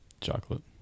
Chocolate